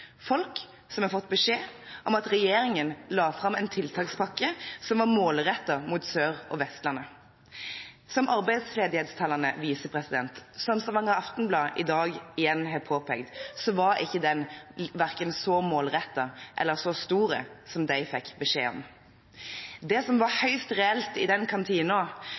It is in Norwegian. folk som hadde fått beskjed om at regjeringen hadde lagt fram en tiltakspakke som var målrettet mot Sør- og Vestlandet. Som arbeidsledighetstallene viser, og som Stavanger Aftenblad i dag igjen har påpekt, var den verken så målrettet eller så stor som de hadde fått beskjed om. Det som var høyst reelt i den